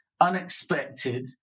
unexpected